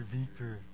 Victor